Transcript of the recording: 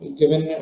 given